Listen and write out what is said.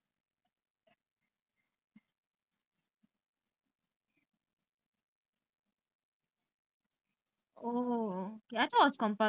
ya is only like camp lor camp malaysia போவாங்க:povaanga அந்த மாதிரி:antha maathiri but not like going like hong kong அந்த மாதிரி:antha maathiri they never go overseas